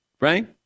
Right